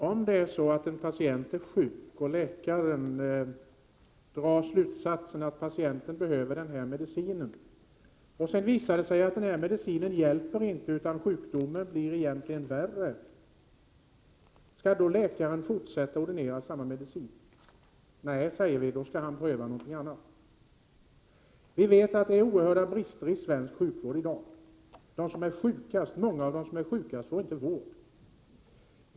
Fru talman! Om en patient är sjuk och läkaren drar slutsatsen att patienten behöver medicin och om det visar sig att denna medicin inte hjälper utan att sjukdomen egentligen förvärras, skall då läkaren fortsätta att ordinera samma medicin? Nej, säger vi, då skall han pröva någonting annat. Vi vet att det är oerhörda brister i svensk sjukvård av i dag. Många av dem som är mest sjuka får inte vård.